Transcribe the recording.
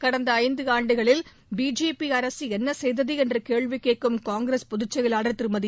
கடந்த ஐந்தாண்டுகளில் பிஜேபி அரசு என்ன செய்தது என்று கேள்வி கேட்கும் காங்கிரஸ் பொதுச் செயலாளர் திருமதி